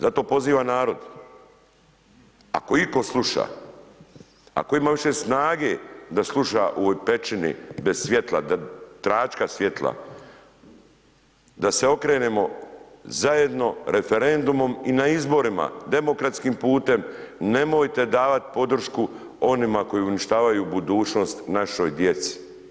Zato pozivam narod ako iko sluša, ako ima više snage da sluša u ovoj pećini bez svijetla, tračka svijetla, da se okrenemo zajedno referendumom i na izborim, demokratskim putem, nemojte davat podršku onima koji uništavaju budućnost našoj djeci.